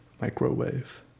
microwave